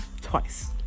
twice